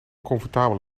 comfortabel